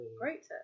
great